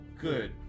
good